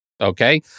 Okay